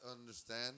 understand